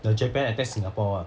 the japan attack singapore [one]